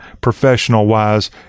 professional-wise